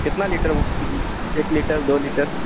کتنا لیٹر ایک لیٹر دو لیٹر